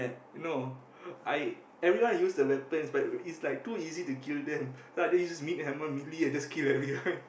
no I everyone use the weapons but is like too easy to kill them so I just use meat hammer melee I just kill everyone